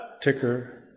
ticker